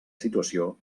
situació